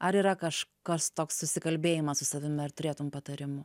ar yra kaž kas toks susikalbėjimas su savim ar turėtum patarimų